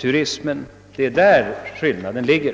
turismen. Det är där skillnaden ligger.